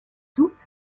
soupe